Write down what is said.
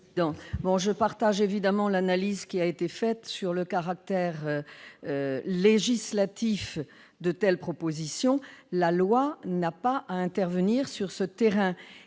Je partage évidemment l'analyse portant sur le caractère législatif de telles propositions, la loi n'a pas à intervenir sur ce terrain.